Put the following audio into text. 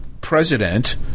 president